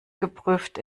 geprüft